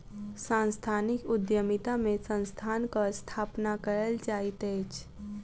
सांस्थानिक उद्यमिता में संस्थानक स्थापना कयल जाइत अछि